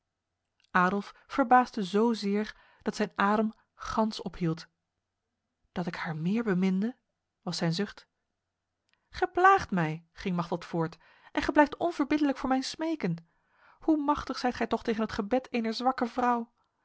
adolf verbaasde zozeer dat zijn adem gans ophield dat ik haar meer beminde was zijn zucht gij plaagt mij ging machteld voort en gij blijft onverbiddelijk voor mijn smeken hoe machtig zijt gij toch tegen het gebed ener zwakke vrouw